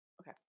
Okay